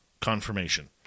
confirmation